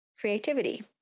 creativity